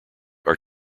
are